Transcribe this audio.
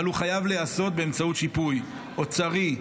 אבל הוא חייב להיעשות באמצעות שיפוי אוצרי,